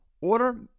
Order